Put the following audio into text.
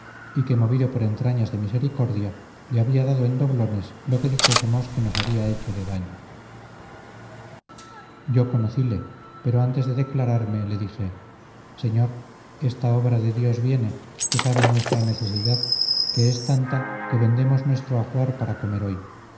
y que movido por entrañas de misericordia le había dado en doblones lo que dijésemos que nos había hecho de daño yo conocíle pero antes de declararme le dije señor esta obra de dios viene que sabe nuestra necesidad que es tanta que vendemos nuestro ajuar para comer hoy